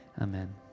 amen